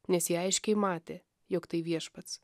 nes jie aiškiai matė jog tai viešpats